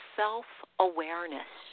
self-awareness